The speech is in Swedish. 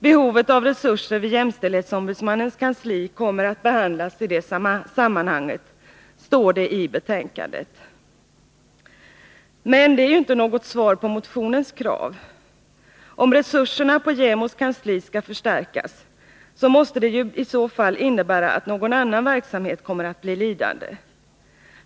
Behovet av resurser vid jämställdhetsombudsmannens kansli kommer att behandlas i det sammanhanget, står det i betänkandet. Men det är ju inte något svar på motionens krav. Om resurserna på JämO:s kansli skall förstärkas, måste det i så fall innebära att någon annan verksamhet kommer att bli lidande.